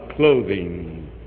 clothing